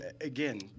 again